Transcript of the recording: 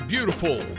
beautiful